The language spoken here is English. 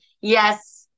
yes